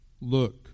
Look